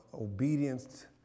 Obedience